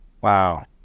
Wow